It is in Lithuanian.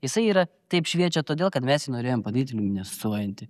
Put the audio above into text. jisai yra taip šviečia todėl kad mes jį norėjom padaryti liuminescuojanti